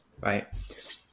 right